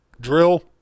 Drill